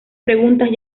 preguntas